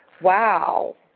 Wow